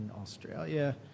Australia